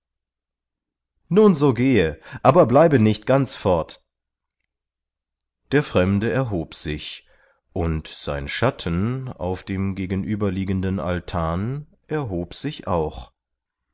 nun so gehe aber bleibe nicht ganz fort der fremde erhob sich und sein schatten auf dem gegenüberliegenden altan erhob sich auch